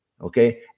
okay